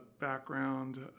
background